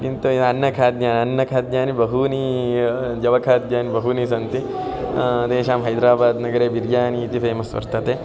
किन्तु य् अन्नखाद्यानि अन्नखाद्यानि बहूनि यवखाद्यानि बहूनि सन्ति तेषां हैदराबाद् नगरे बिर्यानि इति फे़मस् वर्तते